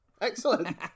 excellent